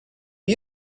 you